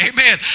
Amen